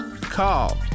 call